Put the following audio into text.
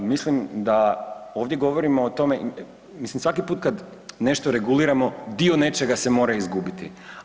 Mislim da ovdje govorimo o tome, mislim svaki put kad nešto reguliramo dio nečega se mora izgubiti.